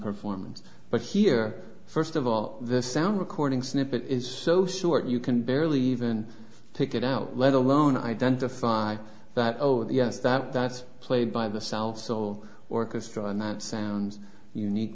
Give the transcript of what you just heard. performance but here first of all the sound recording snippet is so short you can barely even take it out let alone identify that over the years that that's played by the south soul orchestra and that sounds unique